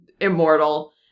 immortal